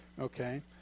Okay